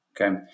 Okay